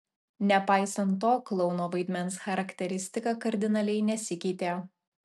nepaisant to klouno vaidmens charakteristika kardinaliai nesikeitė